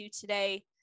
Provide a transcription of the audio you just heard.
today